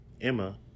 Emma